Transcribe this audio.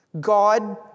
God